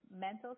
Mental